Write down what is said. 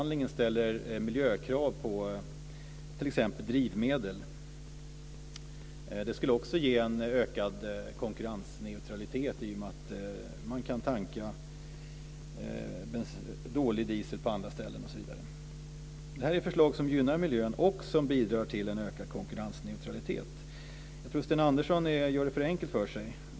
Det skulle också ge en ökad konkurrensneutralitet i och med att man kan tanka dålig diesel på andra ställen osv. Detta är förslag som gynnar miljön och som bidrar till en ökad konkurrensneutralitet. Jag tror att Sten Andersson gör det för enkelt för sig.